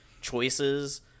choices